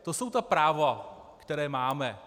To jsou ta práva, která máme.